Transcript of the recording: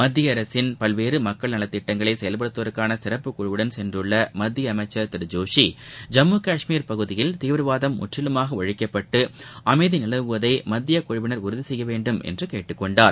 மத்திய அரசின் பல்வேறு மக்கள் நலத்திட்டங்களை செயல்படுத்துவதற்காள சிறப்புக் குழுவுடள் சென்றுள்ள மத்திய அமைச்சர் திரு ஜோஷி ஜம்மு காஷ்மீர் பகுதியில் தீவிரவாதம் முற்றிலுமாக ஒழிக்கப்பட்டு அமைதி நிலவுவதை மத்திய குழுவினர் உறுதி செய்யவேண்டும் என்று கேட்டுக்கொண்டார்